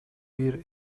бир